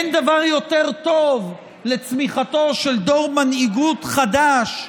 אין דבר יותר טוב לצמיחתו של דור מנהיגות חדש,